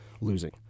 losing